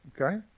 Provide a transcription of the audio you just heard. Okay